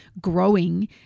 growing